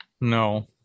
No